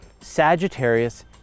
Sagittarius